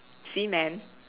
see man